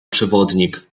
przewodnik